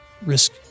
risk